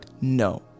No